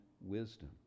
wisdom